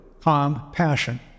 compassion